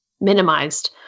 minimized